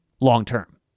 long-term